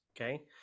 Okay